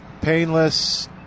painless